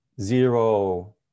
Zero